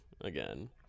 again